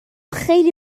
خیلی